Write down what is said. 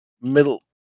middle